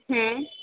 हूँ